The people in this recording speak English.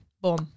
Boom